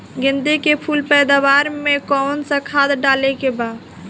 गेदे के फूल पैदवार मे काउन् सा खाद डाले के बा?